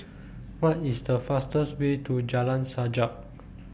What IS The fastest Way to Jalan Sajak